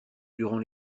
durant